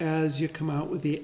as you come out with the